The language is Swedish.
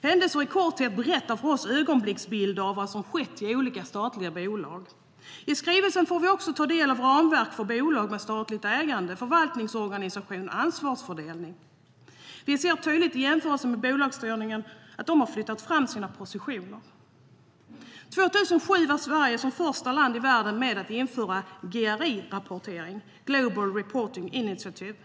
Händelser i korthet berättar för oss i ögonblicksbilder vad som har skett i olika statliga bolag. År 2007 var Sverige som första land i världen med om att införa GRI-rapportering, Global Reporting Initiative.